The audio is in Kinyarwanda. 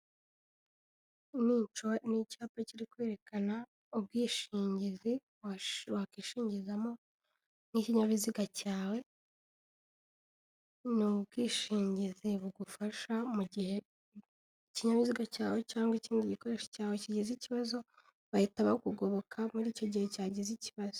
Ni icyapa kiri kwerekana ubwishingizi wakwishingimo n'ikinyabiziga cyawe, ni ubwishingizi bugufasha mu gihe ikinyabiziga cyawe cyangwa ikindi gikoresho cyawe kigize ikibazo, bahita bakugoboka muri icyo gihe cyagize ikibazo.